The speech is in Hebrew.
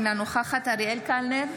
אינה נוכחת אריאל קלנר,